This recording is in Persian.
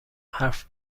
حرف